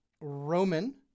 Roman